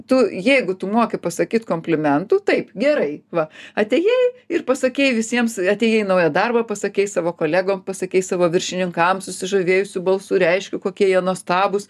tu jeigu tu moki pasakyt komplimentų taip gerai va atėjai ir pasakei visiems atėjai į naują darbą pasakei savo kolegom pasakei savo viršininkam susižavėjusiu balsu reiškiu kokie jie nuostabūs